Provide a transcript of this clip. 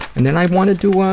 and then i wanted to, ah,